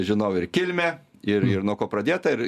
žinau ir kilmę ir ir nuo ko pradėta ir